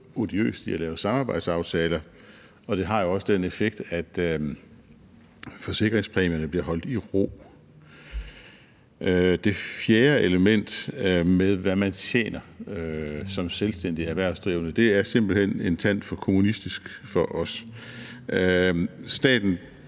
odiøst i at lave samarbejdsaftaler, og det har også den effekt, at forsikringspræmierne bliver holdt i ro. Det fjerde element med, hvad man tjener som selvstændigt erhvervsdrivende, er simpelt hen en tand for kommunistisk for os. Staten